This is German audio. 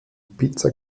pizza